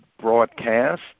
broadcast